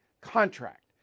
contract